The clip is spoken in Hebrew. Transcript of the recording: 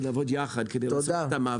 כיוון שאני לא יודע